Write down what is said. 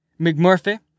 McMurphy